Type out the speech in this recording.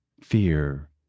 Fear